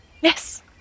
Yes